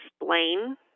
explain